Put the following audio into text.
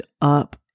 up